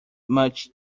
much